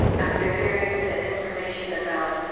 after hearing the information about